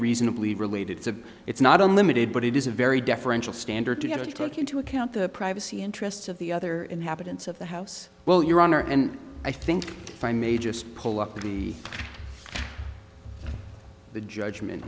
reasonably related to it's not unlimited but it is a very deferential standard to have to take into account the privacy interests of the other inhabitants of the house well your honor and i think i may just pull up the the judgment